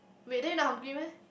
wait then not hungry meh